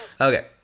Okay